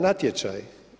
Natječaj.